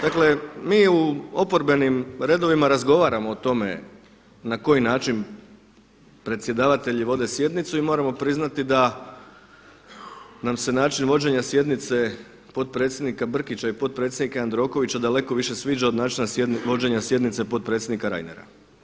Dakle mi u oporbenim redovima razgovaramo o tome na koji način predsjedavatelji vode sjednicu i moram vam priznati da nam se način vođenja sjednice potpredsjednika Brkića i potpredsjednika Jandrokovića daleko više sviđa od načina vođenja sjednice potpredsjednika Reinera.